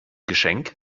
geschenk